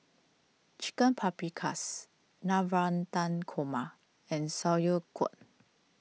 Chicken Paprikas Navratan Korma and Sauerkraut